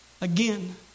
Again